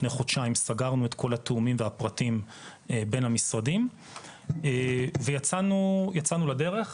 לפני חודשיים סגרנו את כל התיאומים והפרטים בין המשרדים ויצאנו לדרך.